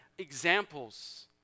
Examples